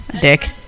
Dick